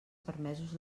permesos